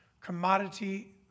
commodity